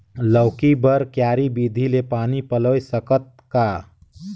लौकी बर क्यारी विधि ले पानी पलोय सकत का?